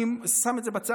אני שם את זה בצד,